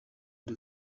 nde